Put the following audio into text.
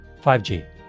5G